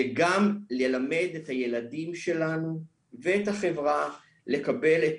זה גם ללמד את הילדים שלנו ואת החברה לקבל את